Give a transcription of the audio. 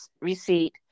receipt